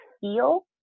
feel